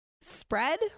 spread